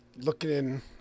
looking